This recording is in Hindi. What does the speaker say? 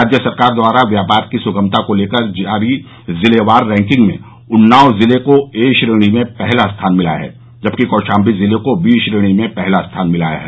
राज्य सरकार द्वारा व्यापार की स्गमता को लेकर जारी जिलेवार रैंकिंग में उन्नाव जिले को ए श्रेणी में पहला स्थान मिला है जबकि कौशाबी जिले को बी श्रेणी में पहला स्थान मिला है